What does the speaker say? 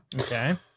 okay